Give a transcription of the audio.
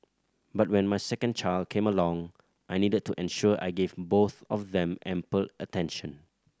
but when my second child came along I needed to ensure I gave both of them ample attention